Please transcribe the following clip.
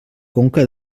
conca